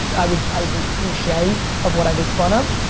i would i would be cliche of what i make fun of.